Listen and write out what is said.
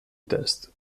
test